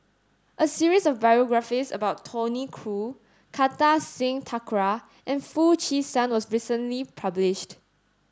a series of biographies about Tony Khoo Kartar Singh Thakral and Foo Chee San was recently published